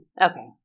Okay